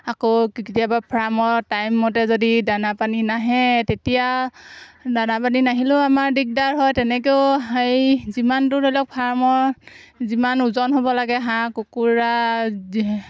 আকৌ কেতিয়াবা ফাৰ্মৰ টাইম মতে যদি দানা পানী নাহে তেতিয়া দানা পানী নাহিলেও আমাৰ দিগদাৰ হয় তেনেকৈও হেৰি যিমানটো ধৰি লওক ফাৰ্মৰ যিমান ওজন হ'ব লাগে হাঁহ কুকুৰা